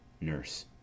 Nurse